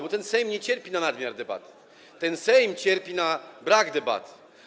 Bo ten Sejm nie cierpi na nadmiar debaty, ten Sejm cierpi na brak debaty.